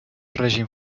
règim